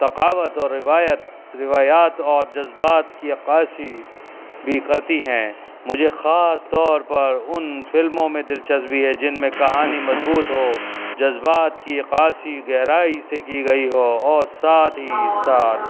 ثقافت اور روایت روایات اور جذبات کی عکاسی بھی کرتی ہیں مجھے خاص طور پر ان فلموں میں دلچسبی ہے جن میں کہانی مضبوط ہو جذبات کی عکاسی گہرائی سے کی گئی ہو اور ساتھ ہی ساتھ